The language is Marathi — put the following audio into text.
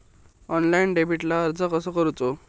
ऑनलाइन डेबिटला अर्ज कसो करूचो?